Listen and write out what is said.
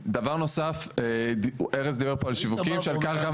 דבר נוסף, ארז דיבר פה על שיווקים של קרקע.